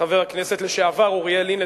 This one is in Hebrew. חבר הכנסת לשעבר אוריאל לין,